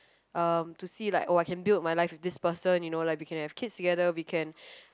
um to see like oh I can build my life with this person you know like we can have kids together we can